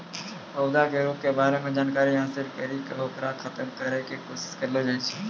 पौधा के रोग के बारे मॅ जानकारी हासिल करी क होकरा खत्म करै के कोशिश करलो जाय छै